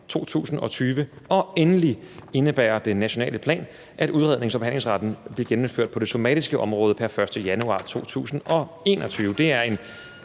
2020. Og endelig indebærer den nationale plan, at udrednings- og behandlingsretten bliver genindført på det somatiske område pr. 1. januar 2021. Det er en